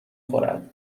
خورد